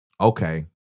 okay